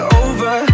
over